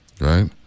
Right